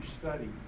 study